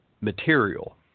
material